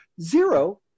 Zero